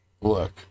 look